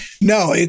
No